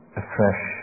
afresh